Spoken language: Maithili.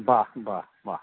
वाह वाह वाह